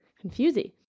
confusing